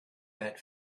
that